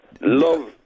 Love